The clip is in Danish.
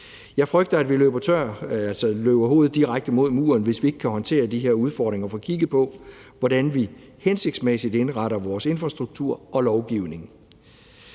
Jeg frygter, at vi løber hovedet direkte mod muren, hvis vi ikke kan håndtere de her udfordringer og får kigget på, hvordan vi hensigtsmæssigt indretter vores infrastruktur og lovgivning.